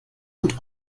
und